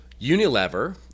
Unilever